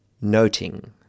noting